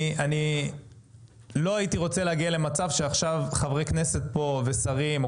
אני לא הייתי רוצה להגיע למצב שעכשיו חברי כנסת פה ושרים או